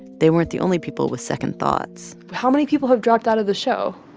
they weren't the only people with second thoughts how many people have dropped out of the show?